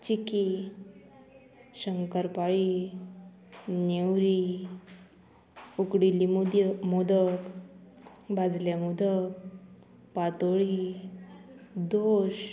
चिकी शंकरपाळी नेवरी उकडीली मोदी मोदक भाजले मोदक पातोळी दोश